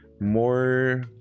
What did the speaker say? more